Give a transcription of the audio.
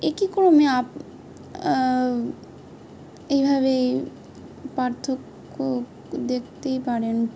একই ক্রমে আপ এইভাবে পার্থক্য দেখতেই পারেন